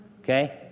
okay